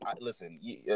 listen